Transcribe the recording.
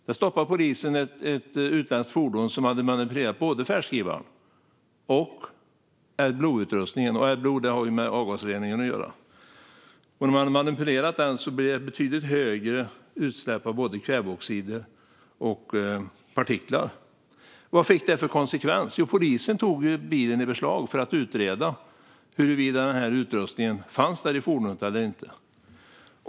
Här stoppade polisen ett utländskt fordon där både färdskrivaren och Adblue-utrustningen var manipulerade. Adblue har med avgasreningen att göra. När den är manipulerad blir det betydligt högre utsläpp av både kväveoxider och partiklar. Vad fick detta för konsekvenser? Jo, polisen tog bilen i beslag för att utreda huruvida utrustningen fanns i fordonet eller inte.